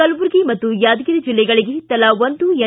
ಕಲಬುರಗಿ ಪಾಗೂ ಯಾದಗಿರಿ ಜಿಲ್ಲೆಗಳಿಗೆ ತಲಾ ಒಂದು ಎನ್